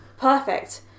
Perfect